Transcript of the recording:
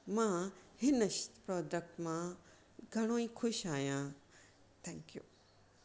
मां हिन प्रोडक्ट मां घणो ई ख़ुशि आहियां थैंकयू